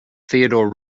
theodore